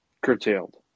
curtailed